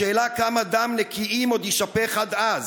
השאלה כמה דם נקיים עוד יישפך עד אז?